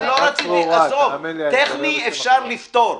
טכני אפשר לפתור,